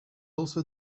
also